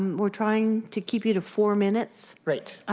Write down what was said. we are trying to keep you to four minutes. right.